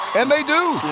and they do!